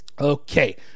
Okay